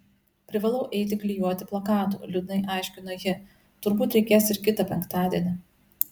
privalau eiti klijuoti plakatų liūdnai aiškino ji turbūt reikės ir kitą penktadienį